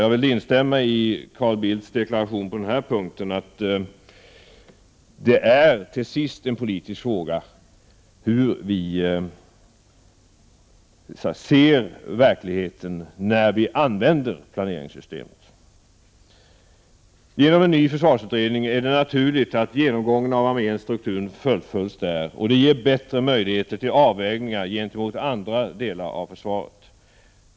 Jag instämmer i Carl Bildts deklaration på den punkten, att det till sist är en politisk fråga hur vi använder planeringssystemet. Det är naturligt att genomgången av arméns struktur fullföljs i en ny försvarsutredning. Det ger bättre möjligheter till avvägningar gentemot andra delar av försvaret.